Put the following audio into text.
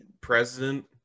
president